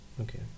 Okay